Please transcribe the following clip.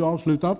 socialtjänstlagen.